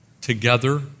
together